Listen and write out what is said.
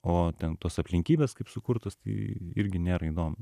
o ten tos aplinkybės kaip sukurtos tai irgi nėra įdomu